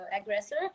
aggressor